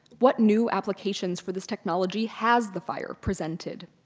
what new applications for this technology has the fire presented?